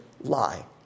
lie